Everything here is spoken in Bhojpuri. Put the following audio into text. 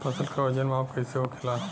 फसल का वजन माप कैसे होखेला?